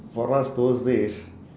for us those days